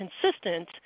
consistent